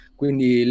quindi